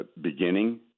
beginning